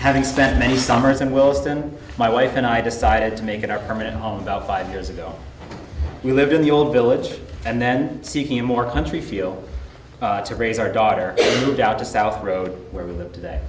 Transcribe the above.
having spent many summers in willesden my wife and i decided to make it our permanent home about five years ago we live in the old village and then seeking a more country feel to raise our daughter moved out to south road where we live today